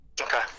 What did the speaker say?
Okay